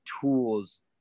tools